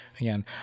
Again